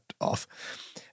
off